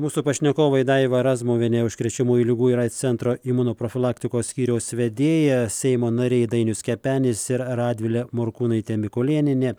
mūsų pašnekovai daiva razmuvienė užkrečiamųjų ligų ir aids centro imunoprofilaktikos skyriaus vedėja seimo nariai dainius kepenis ir radvilė morkūnaitė mikulėnienė